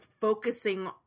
focusing